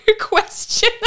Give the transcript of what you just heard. question